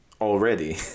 already